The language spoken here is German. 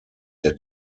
der